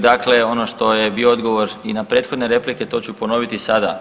Dakle, ono što je bio odgovor i na prethodne replike to ću ponoviti i sada.